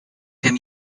can